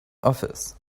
office